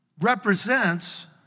represents